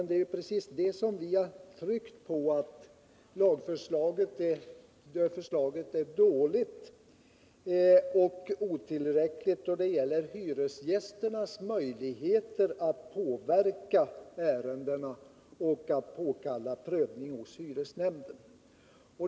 Det är precis det vi har tryckt på — att lagförslaget är dåligt och otillräckligt när det gäller hyresgästernas möjligheter att påverka ärendena och att påkalla prövning hos hyresnämnd.